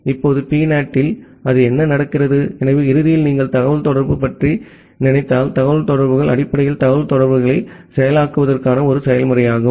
இப்போது PNAT இல் அது என்ன நடக்கிறது எனவே இறுதியில் நீங்கள் தகவல்தொடர்பு பற்றி நினைத்தால் தகவல்தொடர்புகள் அடிப்படையில் தகவல்தொடர்புகளை செயலாக்குவதற்கான ஒரு செயல்முறையாகும்